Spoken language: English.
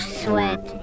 sweat